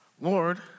Lord